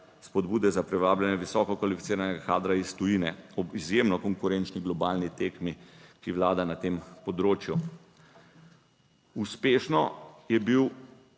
spodbude za privabljanje visoko kvalificiranega kadra iz tujine ob izjemno konkurenčni globalni tekmi, ki vlada na tem področju. Uspešno je bil